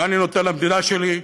מה אני נותן למדינה שלי,